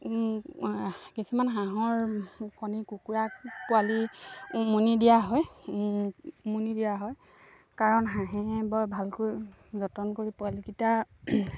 কিছুমান হাঁহৰ কণী কুকুৰাক পোৱালি উমনি দিয়া হয় উমনি দিয়া হয় কাৰণ হাঁহে বৰ ভালকৈ যতন কৰি পোৱালিকেইটা